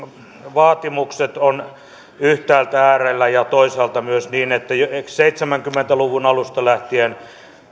vaatimukset ovat yhtäältä äärellä ja toisaalta on myös niin että seitsemänkymmentä luvun alusta lähtien